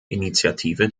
initiative